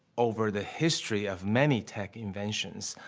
over the history of many tech inventions,